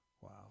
Wow